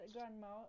Grandma